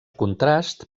contrast